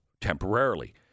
temporarily